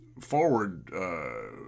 forward